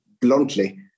bluntly